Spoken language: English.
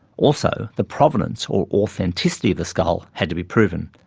also, the provenience, or authenticity of the skull had to be proven.